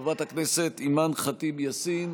וחברת הכנסת אימאן ח'טיב יאסין,